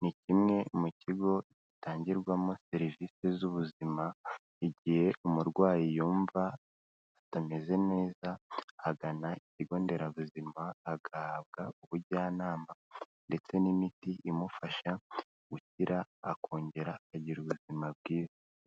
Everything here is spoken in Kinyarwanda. ni kimwe mu kigo gitangirwamo serivisi z'ubuzima igihe umurwayi yumva atameze neza, agana ikigo nderabuzima agahabwa ubujyanama ndetse n'imiti imufasha gukira akongera akagira ubuzima bwiza.